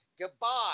Goodbye